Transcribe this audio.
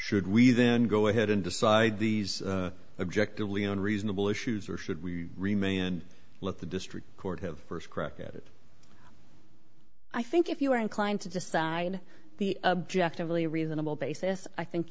should we then go ahead and decide these objective leo and reasonable issues or should we remain and let the district court have st crack at it i think if you are inclined to decide the objective of the reasonable basis i think